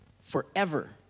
forever